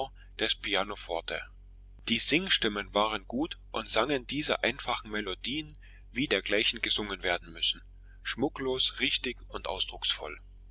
des pianoforte die singstimmen waren gut und sangen diese einfachen melodien wie dergleichen gesungen werden müssen schmucklos richtig und ausdrucksvoll